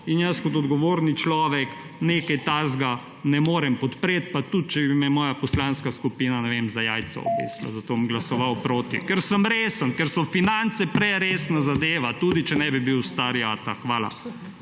in jaz kot odgovoren človek nečesa takega ne morem podpreti, pa tudi če bi me moja poslanska skupina, ne vem, za jajca obesila. Zato bom glasoval proti. Ker sem resen, ker so finance preresna zadeva, tudi če ne bi bil stari ata. Hvala.